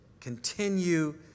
continue